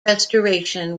restoration